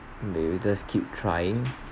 maybe just keep trying